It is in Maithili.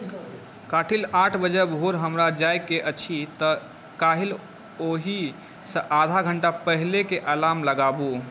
काल्हिक आठ बजे भोर हमरा जायके एहि तऽ काल्हि ओहि सऽ आधा घंटा पहिलेके अलार्म लगाबू